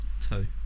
Two